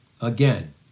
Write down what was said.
again